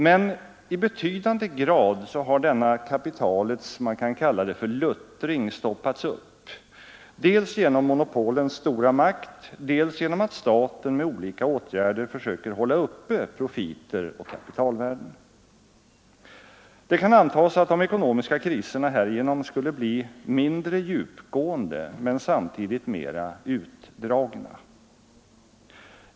Men i betydande grad har denna kapitalets luttring stoppats upp, dels genom monopolens stora makt, dels genom att staten med olika åtgärder försöker hålla uppe profiter och kapitalvärden. Det kan antas att de ekonomiska kriserna härigenom skulle bli mindre djupgående, men samtidigt mera utdragna.